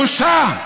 בושה.